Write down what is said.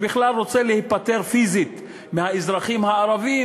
שבכלל רוצה להיפטר פיזית מהאזרחים הערבים,